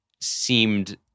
seemed